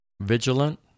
vigilant